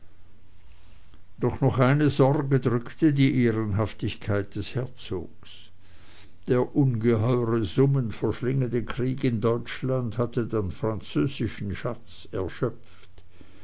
doch noch eine sorge drückte die ehrenhaftigkeit des herzogs der ungeheure summen verschlingende krieg in deutschland hatte den französischen schatz erschöpft